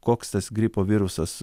koks tas gripo virusas